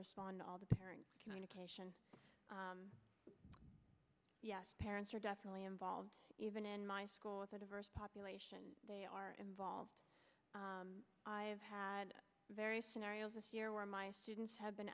respond all the parent communication yes parents are definitely involved even in my school with a diverse population they are involved i've had various scenarios this year where my students have been